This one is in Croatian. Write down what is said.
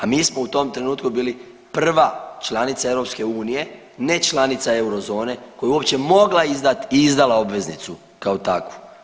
A mi smo u tom trenutku bili prva članica EU, ne članica eurozone koja je uopće mogla izdati i izdala obveznicu kao takvu.